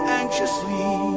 anxiously